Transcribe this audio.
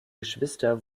geschwister